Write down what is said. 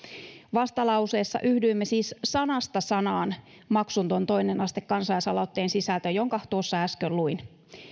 vastalauseessa yhdyimme siis sanasta sanaan maksuton toinen aste kansalaisaloitteen sisältöön jonka tuossa äsken luin